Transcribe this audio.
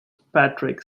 patrick